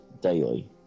daily